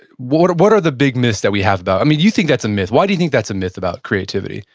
what are what are the big myths that we have about, you think that's a myth. why do you think that's a myth about creativity?